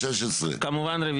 16. כמובן, רביזיה.